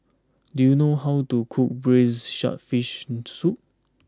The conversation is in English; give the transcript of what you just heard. do you know how to cook Braised Shark Fin Soup